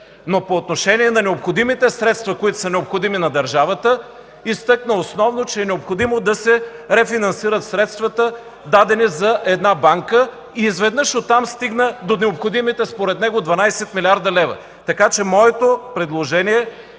но по отношение на средствата, които са необходими на държавата, изтъкна основно, че е необходимо да се рефинансират средствата, дадени за една банка, и изведнъж оттам стигна до необходимите според него 12 млрд. лв. Моето предложение е